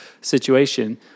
situation